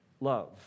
love